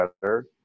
better